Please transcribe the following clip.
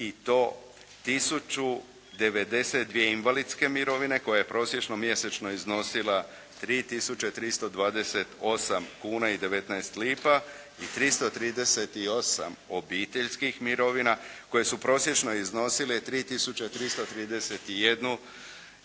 i to tisuću 92 invalidske mirovine koja je prosječno mjesečno iznosila 3 tisuće 328 kuna i 19 lipa i 338 obiteljskih mirovina koje su prosječno iznosile 3 tisuće